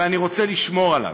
ואני רוצה לשמור עליו.